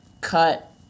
cut